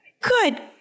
Good